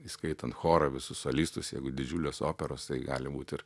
įskaitant chorą visus solistus jeigu didžiulės operos tai gali būt ir